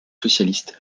socialiste